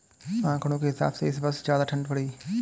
आंकड़ों के हिसाब से इस वर्ष ज्यादा ठण्ड पड़ी है